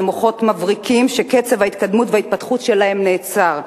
ומוחות מבריקים שקצב ההתקדמות וההתפתחות שלהם נעצר.